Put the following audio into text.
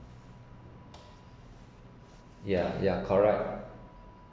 ya ya correct